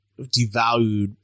devalued